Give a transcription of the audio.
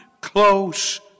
close